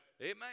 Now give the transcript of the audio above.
Amen